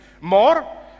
more